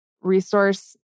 resource